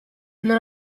non